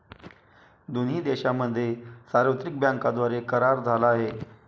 दोन्ही देशांमध्ये सार्वत्रिक बँकांद्वारे करार झाला आहे